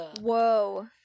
Whoa